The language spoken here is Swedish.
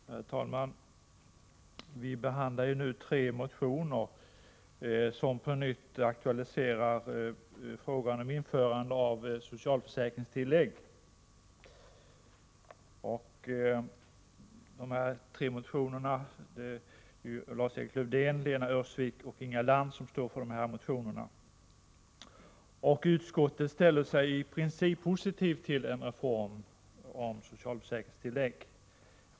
Herr talman! Vi behandlar nu tre motioner som på nytt aktualiserar frågan om införande av socialförsäkringstillägg; det är Lars-Erik Lövdén, Lena Öhrsvik och Inga Lantz som står för dem. Utskottet ställer sig i princip positivt till ett socialförsäkringstillägg.